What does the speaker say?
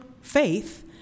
faith